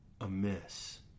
amiss